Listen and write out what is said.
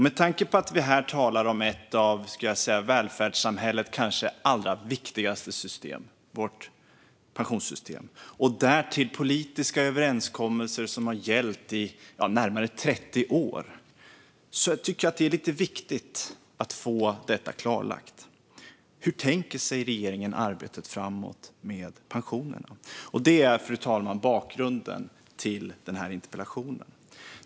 Med tanke på att vi talar om ett av välfärdssamhällets kanske allra viktigaste system, vårt pensionssystem, och därtill politiska överenskommelser som har gällt i närmare 30 år är det lite viktigt att få detta klarlagt. Hur tänker sig regeringen att arbetet med pensionerna ska se ut framåt? Fru talman! Det är bakgrunden till min interpellation.